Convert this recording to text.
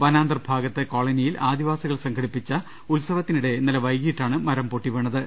വനാന്തർ ഭാഗത്തെ കോളനിയിൽ ആദിവാസികൾ സംഘടിപ്പിച്ച ഉത്സവത്തിനിടെ ഇന്നലെ വൈകീട്ടാണ് മരം പൊട്ടി വീണത്